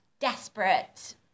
desperate